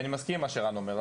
אני מסכים עם מה שרן אומר.